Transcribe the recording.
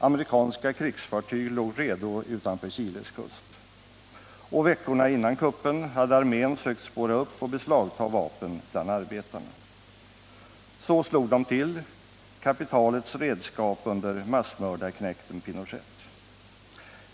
Amerikanska krigsfartyg låg redo utanför Chiles kust. Och veckorna före kuppen hade armén sökt spåra upp och beslagta vapen bland arbetarna. Så slog de till, kapitalets redskap under massmördarknekten Pinochet.